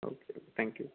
okay thank you